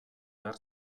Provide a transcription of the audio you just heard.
behar